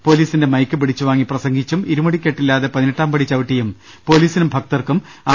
പോലീസിന്റെ മൈക്ക് പിടിച്ചു വാങ്ങി പ്രസംഗിച്ചും ഇരുമുടിക്കെട്ടില്ലാതെ പതിനെട്ടാം പടി ചവിട്ടിയും പോലീസിനും ഭക്തർക്കും ആർ